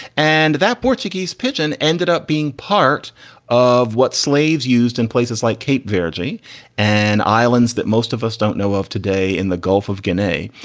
and that portuguese pidgin ended up being part of what slaves used in places like cape verde and islands that most of us don't know of today in the gulf of guinea.